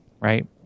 Right